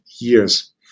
years